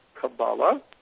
Kabbalah